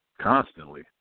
constantly